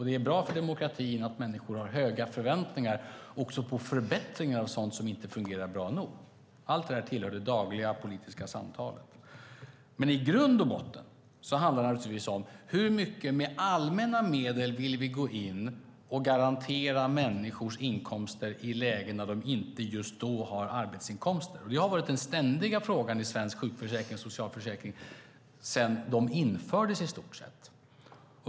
Det är bra för demokratin att människor har höga förväntningar också på förbättringar och sådant som inte fungerar bra nog. Allt det där tillhör det dagliga politiska samtalet. I grund och botten handlar det naturligtvis om hur mycket allmänna medel vi vill gå in med för att garantera människors inkomster i lägen just när de inte har arbetsinkomster. Det har varit den ständiga frågan i svensk sjukförsäkring och socialförsäkring sedan de infördes i stort sett.